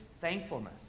thankfulness